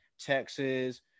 Texas